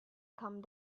come